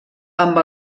amb